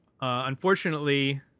unfortunately